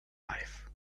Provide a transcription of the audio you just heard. life